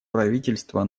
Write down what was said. правительство